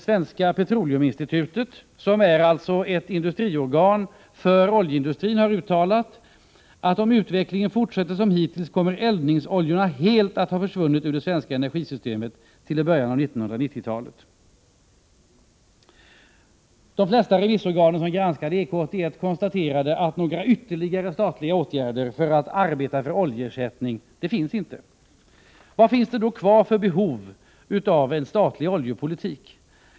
Svenska petroleuminstitutet, som alltså är ett branschorgan för oljeindustrin, har uttalat att om utvecklingen fortsätter som hittills, kommer eldningsoljorna att helt ha försvunnit ur det svenska energisystemet i början av 1990-talet. De flesta remissorgan som granskat EK 81 konstaterade att några ytterligare statliga åtgärder för att arbeta för oljeersättning inte finns. Vad finns det då kvar för behov av en statlig oljepolitik?